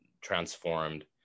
transformed